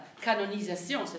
canonisation